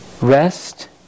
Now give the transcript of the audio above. Rest